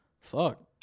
Fuck